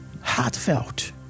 heartfelt